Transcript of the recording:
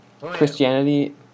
Christianity